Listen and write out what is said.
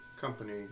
company